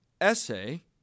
essay